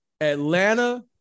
Atlanta